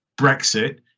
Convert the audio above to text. Brexit